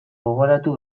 gogoratu